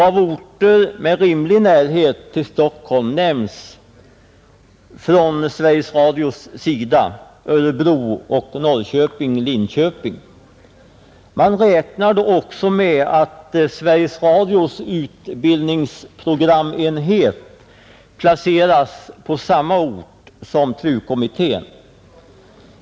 Av orter med rimlig närhet till Stockholm nämner Sveriges Radio Örebro och Norrköping Linköping. Man räknar då också med att Sveriges Radios utbildningsenhet placeras på samma ort som TRU-kommittén.